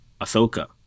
Ahsoka